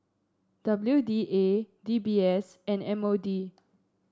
W D A D B S and M O D